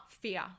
fear